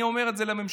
אני אומר את זה לממשלה,